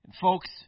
Folks